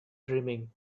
dreaming